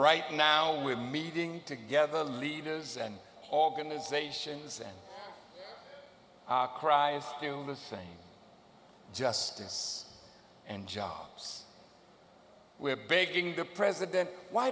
right now we're meeting together leaders and organizations and cries the same justice and jobs we're begging the president why